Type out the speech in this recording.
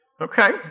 Okay